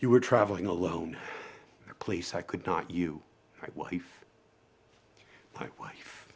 you were traveling alone a place i could not you wife my wife